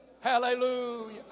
Hallelujah